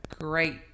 great